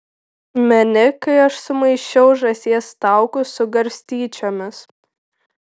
meni kai aš sumaišiau žąsies taukus su garstyčiomis